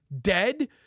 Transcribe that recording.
dead